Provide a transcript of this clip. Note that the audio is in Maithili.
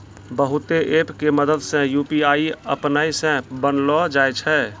बहुते ऐप के मदद से यू.पी.आई अपनै से बनैलो जाय छै